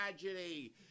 tragedy